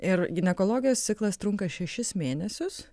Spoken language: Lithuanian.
ir ginekologijos ciklas trunka šešis mėnesius